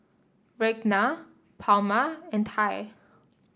Ragna Palmer and Ty